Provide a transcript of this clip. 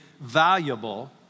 valuable